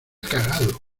cagado